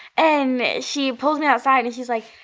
and she pulled and outside. and she's like,